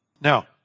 Now